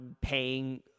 paying